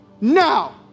now